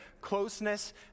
closeness